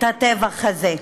את הטבח הזה.